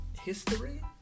history